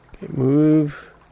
Move